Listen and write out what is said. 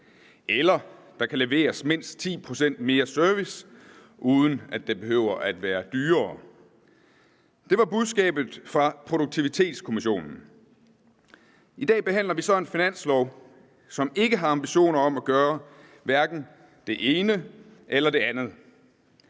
eller der kan leveres mindst 10 pct. mere service, uden at det behøver at være dyrere. Det var budskabet fra Produktivitetskommissionen. I dag behandler vi så en finanslov, som ikke har ambitioner om at gøre hverken det ene eller det andet.